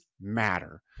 matter